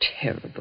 terrible